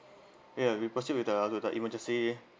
ya we proceed with the with the emergency